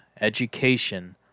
education